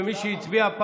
ומי שהצביע,